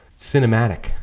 cinematic